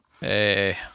hey